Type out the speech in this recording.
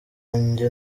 njye